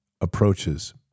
approaches